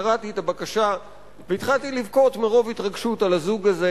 קראתי את הבקשה והתחלתי לבכות מרוב התרגשות על הזוג הזה,